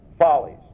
Follies